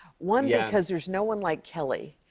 one, yeah because there's no one like kelly.